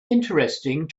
interesting